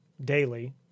daily